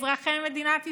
אזרחי מדינת ישראל,